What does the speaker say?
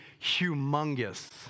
humongous